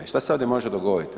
I što se ovdje može dogoditi?